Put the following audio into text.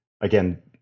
again